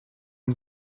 one